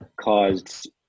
caused